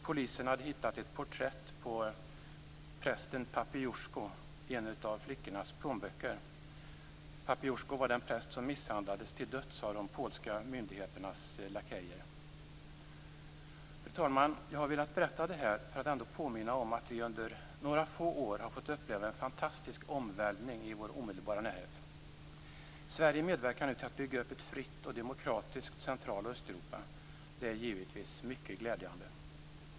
Polisen hade hittat ett porträtt av prästen Papijuosko i en av flickornas plånböcker. Det var den präst som misshandlades till döds av de polska myndigheternas lakejer. Fru talman! Jag har velat berätta det här för att påminna om att vi under några få år har fått uppleva en fantastisk omvälvning i vår omedelbara närhet. Sverige medverkar nu till att bygga upp ett fritt och demokratiskt Central och Östeuropa. Det är givetvis mycket glädjande.